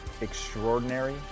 extraordinary